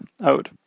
out